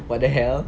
what the hell